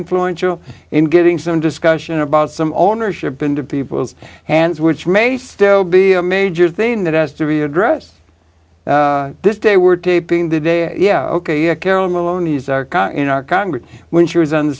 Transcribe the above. influential in getting some discussion about some ownership into people's hands which may still be a major thing that has to be addressed this day we're taping the day yeah ok carolyn maloney is in our congress when she was on the